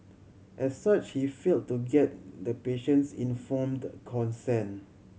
as such he failed to get the patient's informed consent